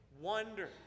wonder